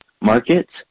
Markets